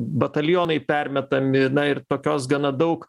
batalionai permetami na ir tokios gana daug